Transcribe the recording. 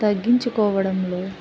తగ్గించుకోవడంలో